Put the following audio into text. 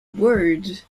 word